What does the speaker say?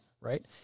right